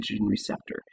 receptor